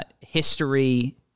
history